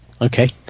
Okay